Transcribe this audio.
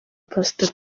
pastor